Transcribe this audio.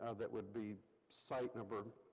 ah that would be site number